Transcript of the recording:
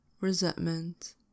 resentment